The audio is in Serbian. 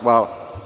Hvala.